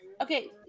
Okay